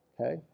okay